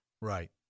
Right